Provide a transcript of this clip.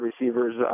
receivers